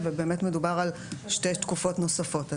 ובאמת מדובר על שתי תקופות נוספות.